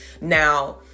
now